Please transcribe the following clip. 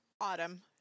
Autumn